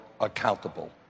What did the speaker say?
accountable